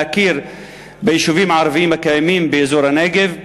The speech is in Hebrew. להכיר ביישובים הערביים הקיימים באזור הנגב,